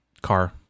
car